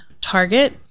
target